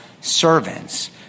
servants